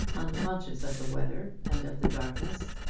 unconscious of the weather and of the darkness.